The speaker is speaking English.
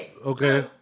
Okay